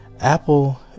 Apple